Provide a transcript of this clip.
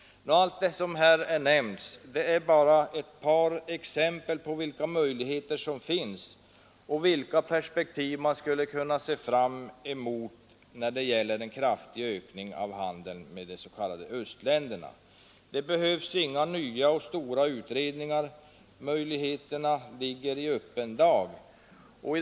Det jag här har nämnt är bara några exempel på vilka möjligheter som finns och vilka perspektiv man skulle kunna se fram emot när det gäller en kraftig ökning av handeln med de s.k. östländerna. Det behövs inga nya och stora utredningar. Möjligheterna ligger i öppen dag.